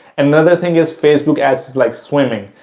another thing is facebook ads is like swimming.